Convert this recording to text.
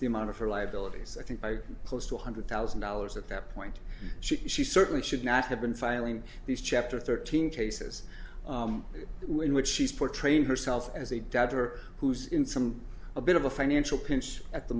the amount of her liabilities i think by close to one hundred thousand dollars at that point she she certainly should not have been filing these chapter thirteen cases in which she's portraying herself as a doubter who's in some a bit of a financial pinch at the